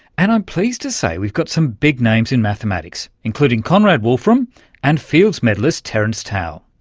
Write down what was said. and i'm pleased to say we've got some big names in mathematics, including conrad wolfram and fields medallist terence tao,